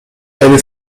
elle